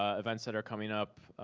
ah events that are coming up.